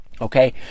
Okay